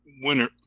winner